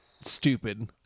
stupid